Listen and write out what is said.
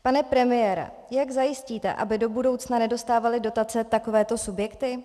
Pane premiére, jak zajistíte, aby do budoucna nedostávaly dotace takovéto subjekty?